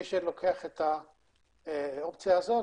מי שלוקח את האופציה הזאת,